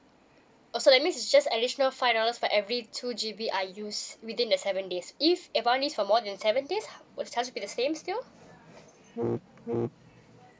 oh so that means is just additional five dollars for every two G_B I used within the seven days if I used it for more than seven days will charge be the same still